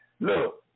Look